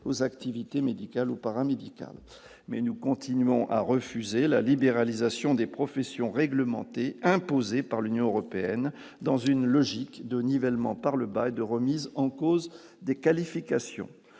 aux activités médicales ou paramédicales, mais nous continuons à refuser la libéralisation des professions réglementées imposée par l'Union européenne dans une logique de nivellement par le bas et de remise en cause des qualifications,